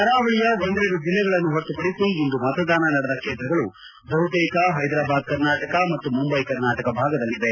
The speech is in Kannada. ಕರಾವಳಿಯ ಒಂದೆರಡು ಜಿಲ್ಲೆಗಳನ್ನು ಹೊರತುಪಡಿಸಿ ಇಂದು ಮತದಾನ ನಡೆದ ಕ್ಷೇತ್ರಗಳು ಬಹುತೇಕ ಹೈದರಾಬಾದ್ ಕರ್ನಾಟಕ ಮತ್ತು ಮುಂಬೈ ಕರ್ನಾಟಕ ಭಾಗದಲ್ಲಿವೆ